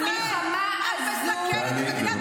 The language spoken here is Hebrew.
מה שאת אומרת פה, את מסכנת את מדינת ישראל.